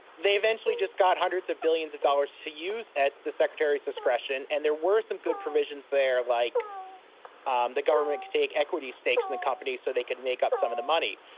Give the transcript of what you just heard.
they eventually just got hundreds of billions of dollars to use at the secretary's discretion. and there were some good provisions there, like um the government could take equity stakes in the companies so they could make up some of the money.